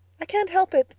i can't help it,